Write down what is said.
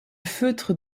feutre